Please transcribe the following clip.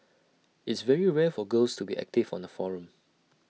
it's very rare for girls to be active on the forum